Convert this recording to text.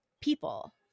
people